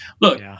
Look